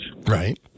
Right